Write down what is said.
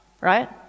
right